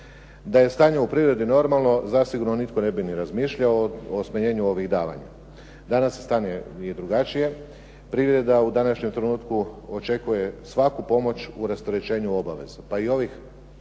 Da je stanje u privredi normalno, zasigurno ne bi nitko ni razmišljao o smanjenju ovih davanja. Danas je stanje drugačije. Privreda u današnjem trenutku očekuje svaku pomoć u rasterećenju obaveza, pa i ovih